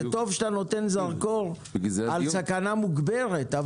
זה טוב שאתה נותן זרקור על סכנה מוגברת,